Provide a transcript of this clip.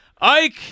Ike